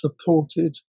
supported